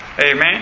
Amen